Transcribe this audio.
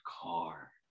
car